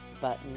button